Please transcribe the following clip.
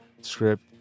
script